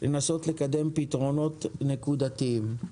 לנסות לקדם פתרונות נקודתיים.